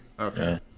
okay